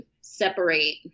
separate